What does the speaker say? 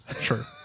sure